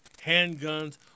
handguns